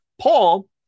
Paul